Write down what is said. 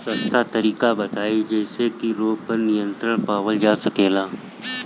सस्ता तरीका बताई जवने से रोग पर नियंत्रण पावल जा सकेला?